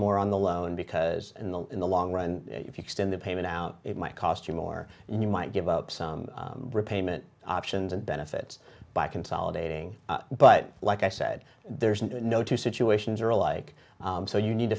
more on the loan because in the in the long run if you extend the payment out it might cost you more and you might give up some repayment options and benefits by consolidating but like i said there's no two situations are alike so you need to